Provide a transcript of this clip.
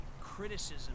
Criticism